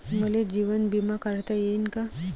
मले जीवन बिमा काढता येईन का?